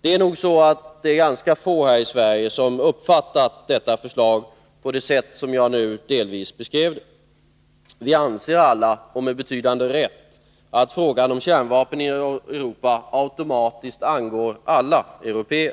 Det är nog ganska få här i Sverige som har uppfattat detta förslag på det sätt som jag nu delvis beskrev det. Vi anser alla, och med betydande rätt, att frågan om kärnvapen i Europa automatiskt angår alla européer,